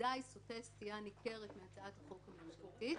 ובוודאי סוטה סטייה ניכרת מהצעת החוק הממשלתית.